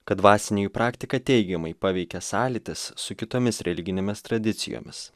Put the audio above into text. kad dvasinę jų praktiką teigiamai paveikia sąlytis su kitomis religinėmis tradicijomis